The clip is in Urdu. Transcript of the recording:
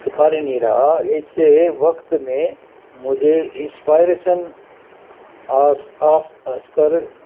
اتار ہی نہیں رہا اس سے وقت میں مجھے انسپائریشن آ کر